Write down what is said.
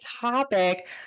topic